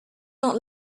not